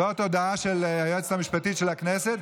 זאת הודעה של היועצת המשפטית של הכנסת,